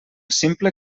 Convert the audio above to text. simple